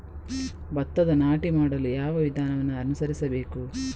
ಭತ್ತದ ನಾಟಿ ಮಾಡಲು ಯಾವ ವಿಧಾನವನ್ನು ಅನುಸರಿಸಬೇಕು?